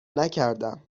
نکردم